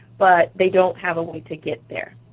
but they don't have a way to get there.